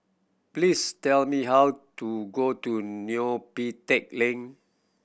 please tell me how to go to Neo Pee Teck Lane